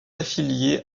affilié